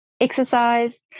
Exercise